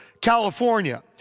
California